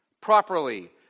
properly